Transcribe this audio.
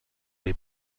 les